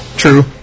True